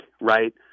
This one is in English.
right